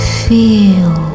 feel